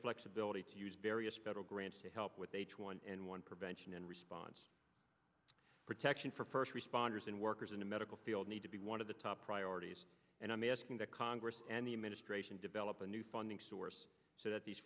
flexibility to use various federal grants to help with h one n one prevention and response protection for first responders and workers in the medical field need to be one of the top priorities and i'm asking that congress and the administration develop a new funding source so that these